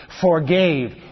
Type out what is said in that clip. forgave